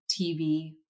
TV